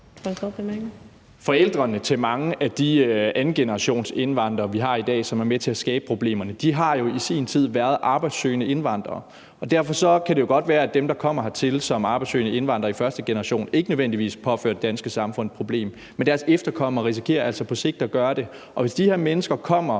Forældrene til mange af de af andengenerationsindvandrere, vi har i dag, som er med til at skabe problemerne, har jo i sin tid været arbejdssøgende indvandrere. Derfor kan det godt være, at dem, der kommer hertil som arbejdssøgende indvandrere i første generation, ikke nødvendigvis påfører det danske samfund et problem, men deres efterkommere risikerer altså på sigt at gøre det. Og hvis de her mennesker kommer